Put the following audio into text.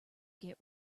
get